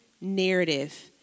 narrative